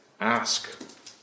ask